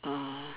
uh